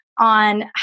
on